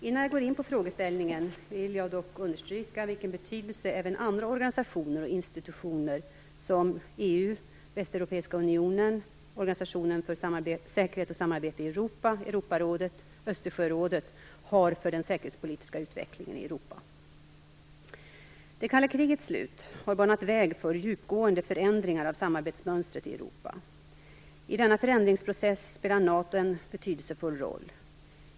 Innan jag går in på frågeställningen vill jag dock understryka vilken betydelse även andra organisationer och institutioner som EU, Västeuropeiska unionen, Organisationen för säkerhet och samarbete i Europa, Europarådet och Östersjörådet har för den säkerhetspolitiska utvecklingen i Europa. Det kalla krigets slut har banat vägen för djupgående förändringar av samarbetsmönstret i Europa. I denna förändringsprocess spelar NATO en betydelsefull roll.